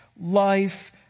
life